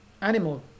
animal